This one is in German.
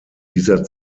dieser